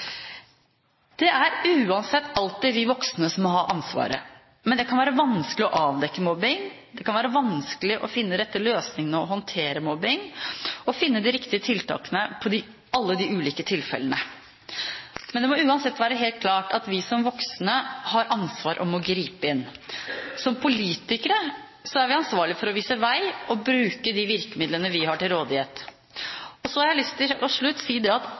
Det er uansett alltid vi voksne som må ha ansvaret. Men det kan være vanskelig å avdekke mobbing, det kan være vanskelige å finne de rette løsningene og håndtere mobbing, og å finne de riktige tiltakene i alle de ulike tilfellene. Men det må uansett være helt klart at vi som voksne har ansvar for å gripe inn. Som politikere er vi ansvarlige for å vise vei og bruke de virkemidlene vi har til rådighet. Så har jeg til slutt lyst til å si at